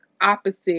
opposite